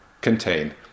contain